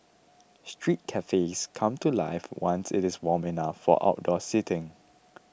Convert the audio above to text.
street cafes come to life once it is warm enough for outdoor seating